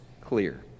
clear